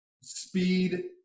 speed